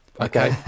Okay